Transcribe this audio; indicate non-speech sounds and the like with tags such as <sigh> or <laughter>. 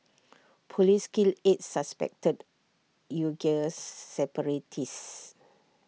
<noise> Police kill eight suspected Uighur separatists